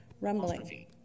rumbling